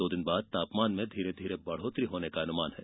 दो दिन बाद तापमान में धीरे धीरे बढ़ोतरी होने का अनुमान है